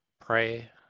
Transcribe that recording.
Pray